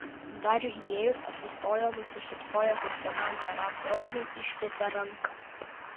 dariui įėjus atsistojo nusišypsojo kaip senam geram draugui ištiesė ranką